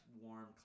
warm